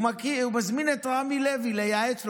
הוא מזמין את רמי לוי לייעץ לו,